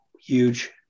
huge